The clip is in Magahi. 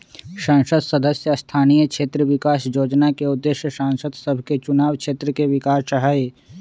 संसद सदस्य स्थानीय क्षेत्र विकास जोजना के उद्देश्य सांसद सभके चुनाव क्षेत्र के विकास हइ